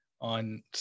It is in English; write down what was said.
on